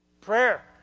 prayer